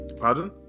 Pardon